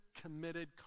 committed